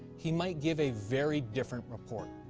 he might give a very different report.